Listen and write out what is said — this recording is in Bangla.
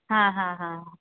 হ্যাঁ হ্যাঁ হ্যাঁ